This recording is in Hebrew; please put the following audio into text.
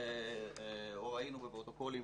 או ראינו בפרוטוקולים,